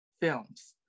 films